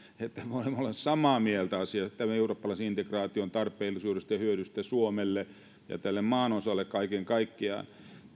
että me olemme samaa mieltä asiasta tämän eurooppalaisen integraation tarpeellisuudesta ja hyödyistä suomelle ja tälle maanosalle kaiken kaikkiaan